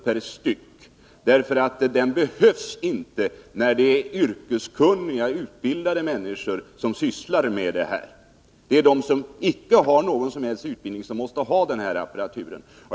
per st. Den behövs inte, när det är yrkeskunniga utbildade personer som sysslar med synundersökningarna. De som inte har någon som helst utbildning måste däremot ha denna apparatur.